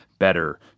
better